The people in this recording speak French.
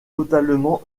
totalement